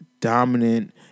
dominant